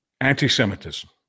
anti-Semitism